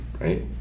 right